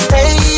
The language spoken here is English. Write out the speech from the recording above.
Hey